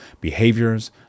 behaviors